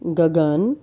Gagan